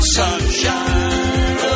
sunshine